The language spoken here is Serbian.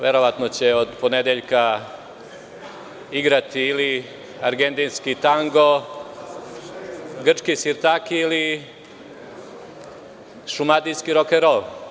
Verovatno će od ponedeljka igrati ili argentinski tango, grčki sirtaki, ili šumadijski rokenrol.